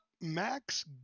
Max